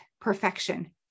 perfection